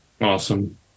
Awesome